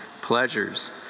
pleasures